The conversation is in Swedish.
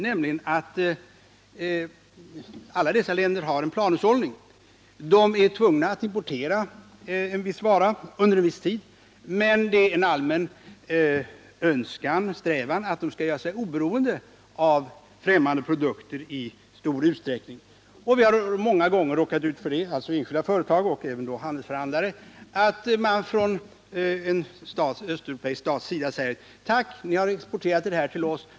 Alla östeuropeiska länder har planhushållning och är kanske tvungna att importera en viss vara under en viss tid. Men en allmän strävan hos dessa länder är att göra sig oberoende av främmande produkter. Enskilda företag och handelsförhandlare har många gånger råkat ut för att en östeuropeisk stat säger: ”Tack, ni har exporterat denna produkt till oss.